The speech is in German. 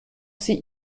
sie